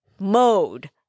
mode